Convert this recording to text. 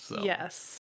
Yes